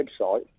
website